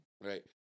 right